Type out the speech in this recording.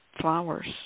flowers